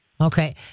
Okay